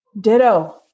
Ditto